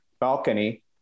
balcony